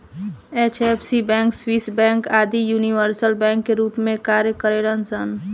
HFC bank, Swiss bank आदि universal bank के रूप में कार्य करेलन सन